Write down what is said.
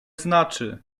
znaczy